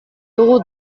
dugu